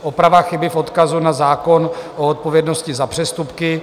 Oprava chyby v odkazu na zákon o odpovědnosti za přestupky.